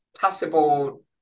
possible